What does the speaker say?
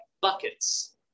buckets